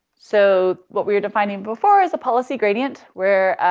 so what we are defining before is a policy gradient where,